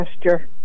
gesture